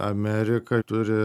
amerika turi